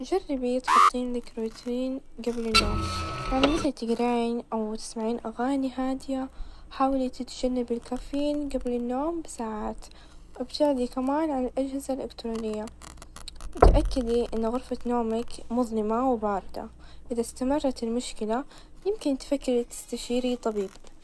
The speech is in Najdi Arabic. جربي تحطين لك روتين قبل النوم، يعني مثل تقرين ،أو تسمعين أغاني هادية، حاولي تتجنبي الكافيين قبل النوم بساعات ،وابتعدي كمان عن الأجهزة الإلكترونية، وتأكدي إن غرفة نومك مظلمة، وباردة، إذا استمرت المشكلة يمكن تفكري تستشيري طبيب.